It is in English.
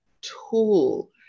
tool